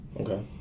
Okay